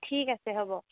ঠিক আছে হ'ব